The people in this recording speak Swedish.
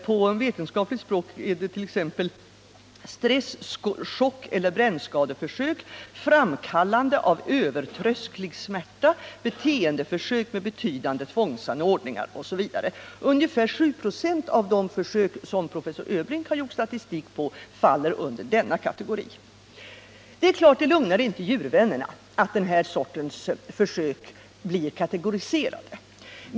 På vetenskapligt språk är det t.ex. stress-, chockeller brännskadeförsök, framkallande av övertrösklig smärta, beteendeförsök med betydande tvångsanordningar osv. Ungefär 7 96 av de försök som professor Öbrink har gjort statistik på faller under denna kategori. Det är klart att det inte lugnar djurvännerna att den här sortens försök blir kategoriserade.